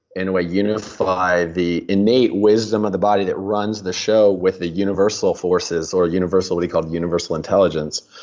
in a way, unify the innate wisdom of the body that runs the show with the universal forces, or universal. what he called universal intelligence,